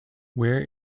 where